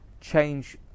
change